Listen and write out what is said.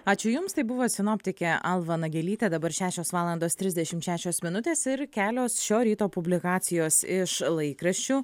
ačiū jums tai buvo sinoptikė alva nagelytė dabar šešios valandos trisdešimt šešios minutės ir kelios šio ryto publikacijos iš laikraščių